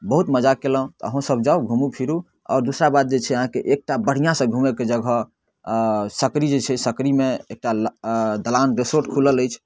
बहुत मजा कयलहुँ अहुँ सब जाउ घुमु फिरु आओर दूसरा बात जे छै अहाँके एकटा बढ़िआँसँ घुमेके जगह सकड़ी जे छै सकड़ीमे एकटा दलान रिसॉर्ट खुलल अछि